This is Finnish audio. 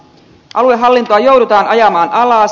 aluehallintoa joudutaan ajamaan alas